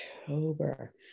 October